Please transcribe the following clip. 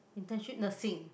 internship nursing